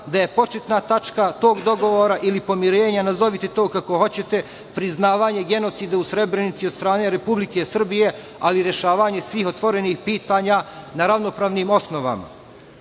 da je početna tačka tog dogovora ili pomirenja, nazovite to kako hoćete, priznavanje genocida u Srebrenici od strane Republike Srbije, ali i rešavanje svih otvorenih pitanja na ravnopravnim osnovama.U